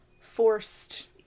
forced